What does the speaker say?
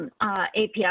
API